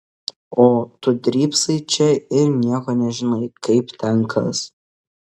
o tu drybsai čia ir nieko nežinai kaip ten kas